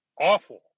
Awful